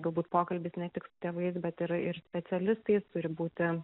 galbūt pokalbis ne tik su tėvais bet ir ir specialistais turi būti